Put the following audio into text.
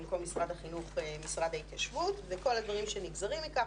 במקום משרד החינוך המשרד להתיישבות וכל הדברים שנגזרים מכך.